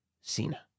Cena